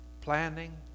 planning